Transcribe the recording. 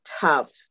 tough